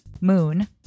moon